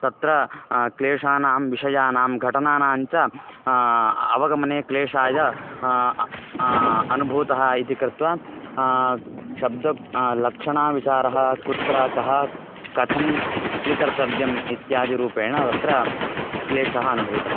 तत्र क्लेशानां विषयानां घटनानाञ्च अवगमने क्लेशाय अनुभूतः इति कृत्वा शब्द लक्षणाविचारः कुत्र कः कथं स्वीकर्तव्यम् इत्यादिरूपेण तत्र क्लेशः अनुभूतः